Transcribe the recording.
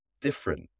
different